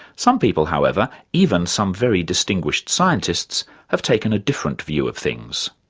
some people, however even some very distinguished scientists have taken a different view of things.